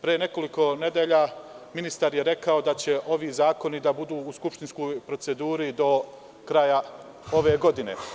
Pre nekoliko nedelja ministar je rekao da će ovi zakoni biti u skupštinskoj proceduri do kraja ove godine.